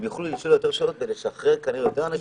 הם יוכלו לשאול יותר שאלות כדי לשחרר או לא לשחרר יותר אנשים.